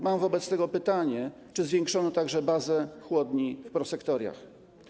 Mam wobec tego pytanie: Czy zwiększono także bazę chłodni w prosektoriach?